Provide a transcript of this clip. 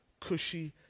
cushy